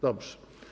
Dobrze.